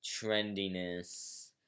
trendiness